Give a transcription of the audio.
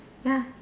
ya